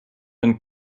and